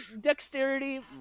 dexterity